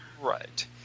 right